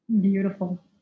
Beautiful